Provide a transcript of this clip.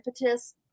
impetus